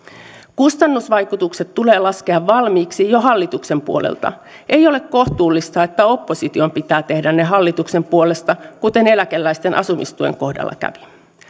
kustannusvaikutukset tulee laskea valmiiksi jo hallituksen puolelta ei ole kohtuullista että opposition pitää tehdä ne hallituksen puolesta kuten eläkeläisten asumistuen kohdalla kävi